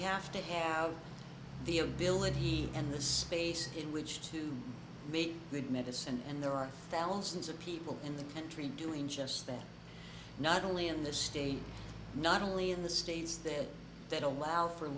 have to have the ability and the space in which to make good medicine and there are thousands of people in the country doing just that not only in this state not only in the states there that allow for